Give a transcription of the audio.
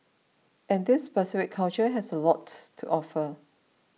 and this specific culture has a lots to offer